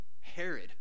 Herod